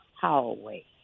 hallway